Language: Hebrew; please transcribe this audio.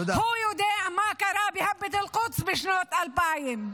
הוא יודע מה קרה --- אל-קודס בשנות האלפיים.